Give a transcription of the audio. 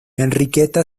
enriqueta